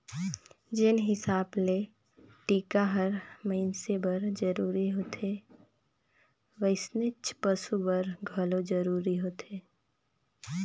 जेन हिसाब ले टिका हर मइनसे बर जरूरी होथे वइसनेच पसु बर घलो जरूरी होथे